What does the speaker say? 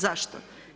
Zašto?